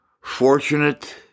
fortunate